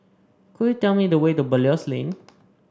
could you tell me the way to Belilios Lane